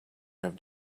have